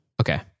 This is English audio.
Okay